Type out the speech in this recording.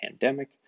pandemic